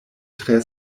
tre